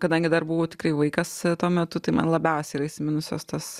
kadangi dar buvo tikrai vaikas tuo metu tai man labiausiai yra įsiminusios tos